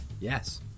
Yes